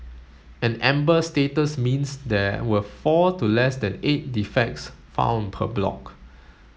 an amber status means there were four to less than eight defects found per block